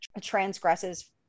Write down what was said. transgresses